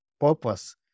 purpose